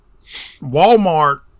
Walmart